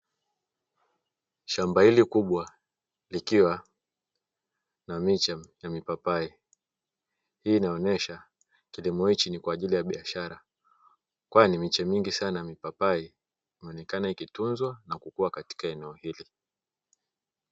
Shamba hili kubwa likiwa na miche ya mipapai, hii inaonyesha kilimo hichi ni kwa ajili ya biashara kwani miche mingi sana ya mipapai inaonekana ikitunzwa na kukua katika eneo hili.